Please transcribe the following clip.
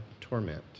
torment